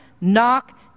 Knock